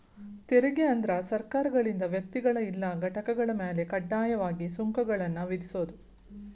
ತೆರಿಗೆ ಅಂದ್ರ ಸರ್ಕಾರಗಳಿಂದ ವ್ಯಕ್ತಿಗಳ ಇಲ್ಲಾ ಘಟಕಗಳ ಮ್ಯಾಲೆ ಕಡ್ಡಾಯವಾಗಿ ಸುಂಕಗಳನ್ನ ವಿಧಿಸೋದ್